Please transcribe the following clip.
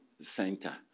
center